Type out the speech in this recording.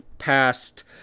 Past